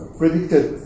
predicted